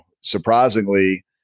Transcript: surprisingly